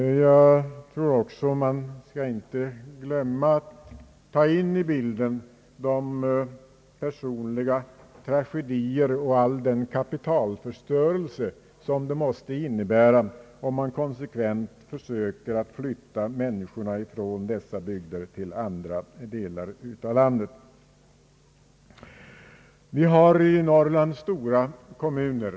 Vi skall inte glömma bort att ta med i bilden de personliga tragedier och all den kapitalförstörelse som det måste innebära om man konsekvent försöker flytta människor från dessa bygder till andra delar av landet. Vi har i Norrland stora kommuner.